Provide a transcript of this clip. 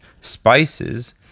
Spices